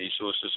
resources